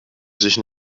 sich